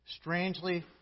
strangely